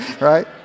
right